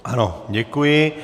Ano, děkuji.